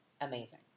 amazing